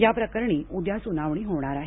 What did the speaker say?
याप्रकरणी उद्या सुनावणी होणार आहे